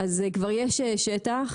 אז כבר יש שטח,